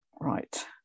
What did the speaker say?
Right